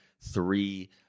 three